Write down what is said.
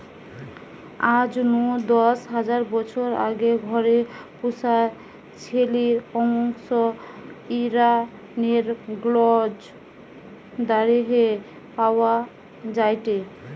আজ নু দশ হাজার বছর আগে ঘরে পুশা ছেলির অংশ ইরানের গ্নজ দারেহে পাওয়া যায়টে